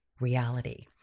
reality